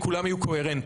כולם יהיו קוהרנטיים.